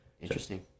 Interesting